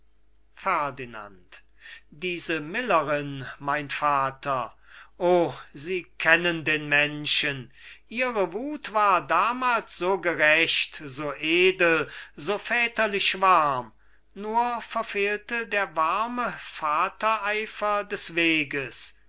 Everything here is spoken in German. ferdinand diese millerin mein vater o sie kennen den menschen ihre wuth war damals so gerecht so edel so väterlich warm nur verfehlte der warme vatereifer des weges diese